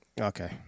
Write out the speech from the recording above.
Okay